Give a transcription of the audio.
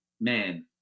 man